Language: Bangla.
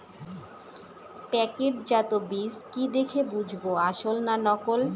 প্যাকেটজাত বীজ কি দেখে বুঝব আসল না নকল?